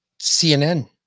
cnn